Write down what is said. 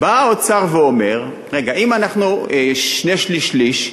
בא האוצר ואומר: רגע, אם אנחנו שני-שלישים שליש,